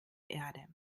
erde